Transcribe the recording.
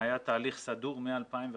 היה תהליך סדור מ-2011.